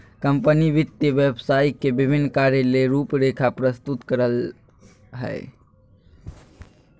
company वित्त व्यवसाय के विभिन्न कार्य ले रूपरेखा प्रस्तुत करय हइ